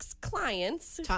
Clients